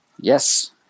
yes